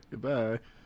Goodbye